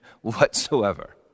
whatsoever